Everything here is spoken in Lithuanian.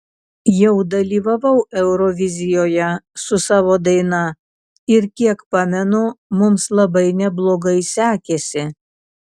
jau dalyvavau eurovizijoje su savo daina ir kiek pamenu mums labai neblogai sekėsi